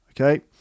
Okay